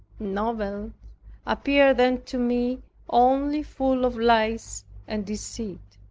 novels appeared then to me only full of lies and deceit.